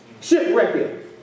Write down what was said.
shipwrecked